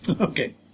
Okay